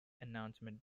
announcement